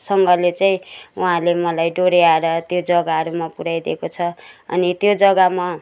सँगले चाहिँ उहाँले मलाई डोहोऱ्याएर त्यो जग्गाहरूमा पुऱ्याइदिएको छ अनि त्यो जग्गामा